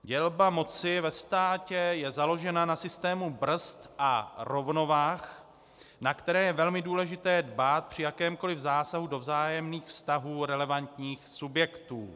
Dělba moci ve státě je založena na systému brzd a rovnovah, na které je velmi důležité dbát při jakémkoliv zásahu do vzájemných vztahů relevantních subjektů.